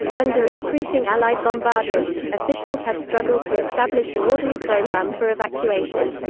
under increasing allied bombardments, officials had struggled to establish an orderly program for evacuation.